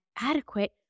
adequate